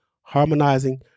harmonizing